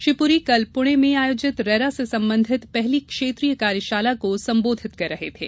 श्री पुरी कल पुणे में आयोजित रेरा से संबन्धित पहली क्षेत्रीय कार्यशाला को संबोधित कर रहे थे